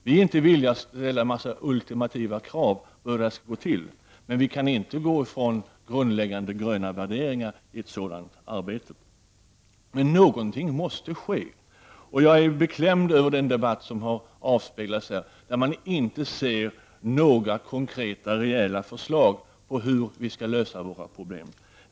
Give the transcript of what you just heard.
Vi är inte villiga att ställa en massa ultimativa krav på hur detta skall gå till, men vi kan inte gå ifrån våra grundläggande gröna värderingar i ett sådant arbete. Någonting måste ske! Jag är beklämd över den debatt som har avspeglats här, där man inte ser några konkreta, rejäla förslag på hur vi skall lösa våra problem.